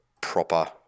proper